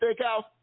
Steakhouse